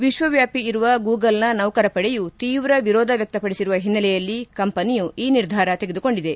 ವಿಶ್ವವ್ಯಾಪಿ ಇರುವ ಗೂಗಲ್ನ ನೌಕರ ಪಡೆಯು ತೀವ್ರ ವಿರೋಧ ವ್ಯಕ್ತಪಡಿಸಿರುವ ಹಿನ್ನೆಲೆಯಲ್ಲಿ ಕಂಪನಿಯು ಈ ನಿರ್ಧಾರ ತೆಗೆದುಕೊಂಡಿದೆ